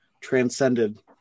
transcended